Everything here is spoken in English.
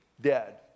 dead